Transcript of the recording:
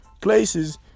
places